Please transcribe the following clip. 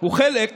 הוא חלק